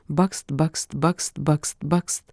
bakst bakst bakst bakst bakst